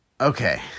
Okay